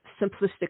simplistic